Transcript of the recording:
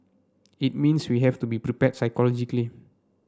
it means we have to be prepared psychologically